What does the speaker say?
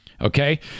okay